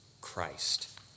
Christ